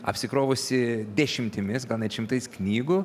apsikrovusi dešimtimis gal net šimtais knygų